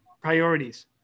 priorities